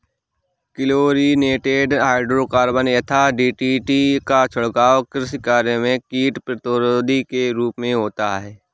chlorinated hydrocarbon यथा DDT का छिड़काव कृषि कार्य में कीट प्रतिरोधी के रूप में होता है